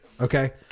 Okay